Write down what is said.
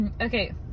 Okay